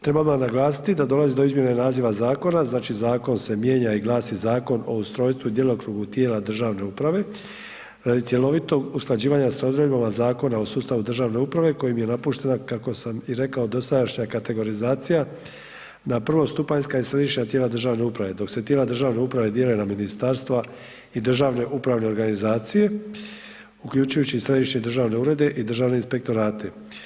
Treba odma naglasiti da dolazi do izmjene naziva zakona, znači zakon se mijenja i glasi Zakon o ustrojstvu i djelokrugu tijela državne uprave radi cjelovitog usklađivanja sa odredbama Zakona o sustavu državne uprave kojim je napuštena, kako sam i rekao, dosadašnja kategorizacija na prvostupanjska i središnja tijela državne uprave, dok se tijela državne uprave dijele na ministarstva i državne upravne organizacije uključujući i središnje državne urede i državne inspektorate.